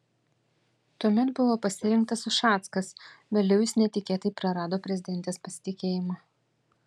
tuomet buvo pasirinktas ušackas vėliau jis netikėtai prarado prezidentės pasitikėjimą